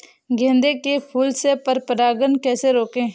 गेंदे के फूल से पर परागण कैसे रोकें?